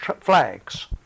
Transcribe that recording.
flags